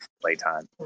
playtime